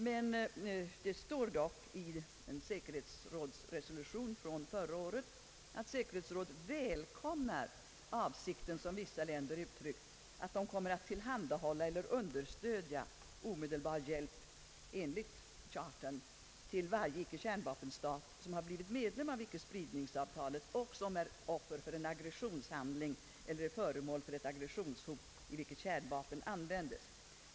Det är inskrivet i en säkerhetsrådsresolution från förra året, att säkerhetsrådet »välkomnar avsikten, som vissa länder uttryckt, att de kommer att tillhandahålla eller understödja omedelbar hjälp enligt chartan till varje icke-kärnvapenstat, som undertecknat icke-spridningsavtalet och som är offer för en aggressionshandling eller är föremål för ett aggressionshot, i vilket kärnvapen användes».